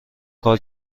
کار